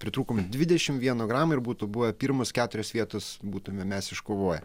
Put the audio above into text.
pritrūkom dvidešimt vieno gramo ir būtų buvę pirmos keturios vietos būtume mes iškovoję